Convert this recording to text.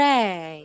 Ray